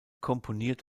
komponiert